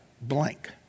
blank